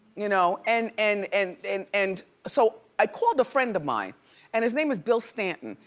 you know and and and and and so i called a friend of mine and his name is bill stanton,